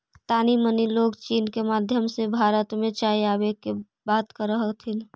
तानी मनी लोग चीन के माध्यम से भारत में चाय आबे के बात कह हथिन